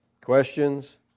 questions